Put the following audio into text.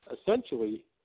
Essentially